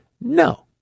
no